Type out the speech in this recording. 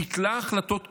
ביטלה החלטות קודמות,